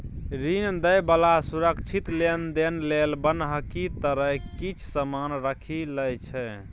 ऋण दइ बला सुरक्षित लेनदेन लेल बन्हकी तरे किछ समान राखि लइ छै